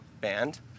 band